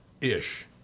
ish